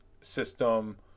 system